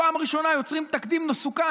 פעם ראשונה יוצרים תקדים מסוכן,